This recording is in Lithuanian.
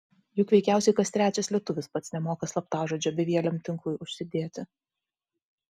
juk veikiausiai kas trečias lietuvis pats nemoka slaptažodžio bevieliam tinklui užsidėti